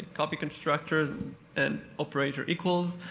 copy constructors and operator equals,